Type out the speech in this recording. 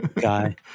guy